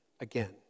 again